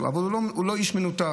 אבל הוא לא איש מנותק,